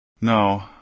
No